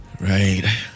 Right